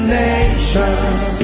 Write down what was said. nations